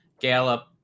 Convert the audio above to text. Gallup